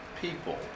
people